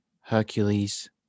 Hercules